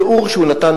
התיאור שהוא נתן,